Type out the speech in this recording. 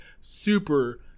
super